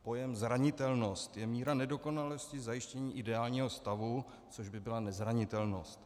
Pojem zranitelnost je míra nedokonalosti zajištění ideálního stavu, což by byla nezranitelnost.